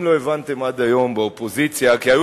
אם לא הבנתם עד היום באופוזיציה כי היו